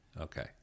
Okay